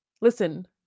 listen